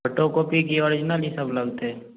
photocopy की original ई सब लगतै